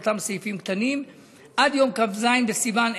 אותם סעיפים קטנים עד יום כ"ז בסיוון,